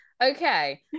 Okay